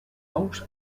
ous